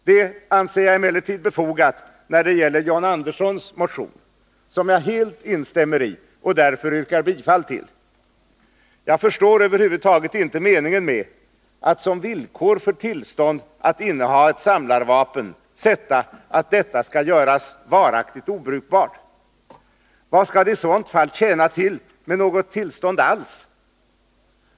Jag anser det emellertid befogat att helt instämma i John Anderssons motion, och jag yrkar därför bifall till den. Jag förstår över huvud taget inte meningen med att som villkor för tillstånd att inneha ett samlarvapen sätta att detta skall göras varaktigt obrukbart. Vad skall det i sådant fall tjäna till med något tillstånd alls?